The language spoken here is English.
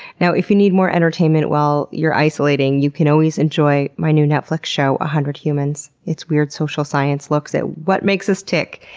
now, if you need more entertainment while you're isolating, you can always enjoy my new netflix show one hundred humans. its weird social science looks at what makes us tick,